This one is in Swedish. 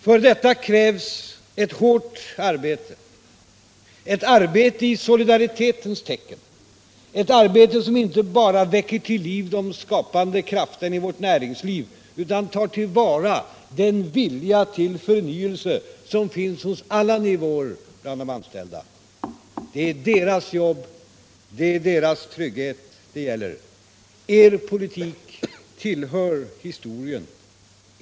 För det krävs ett hårt arbete, ett arbete i solidaritetens tecken, ett arbete som inte bara väcker till liv de skapande krafterna i vårt näringsliv utan också tar till vara den vilja till förnyelse som finns på alla nivåer bland de anställda. Det är deras jobb och trygghet det gäller. Er politik tillhör historien.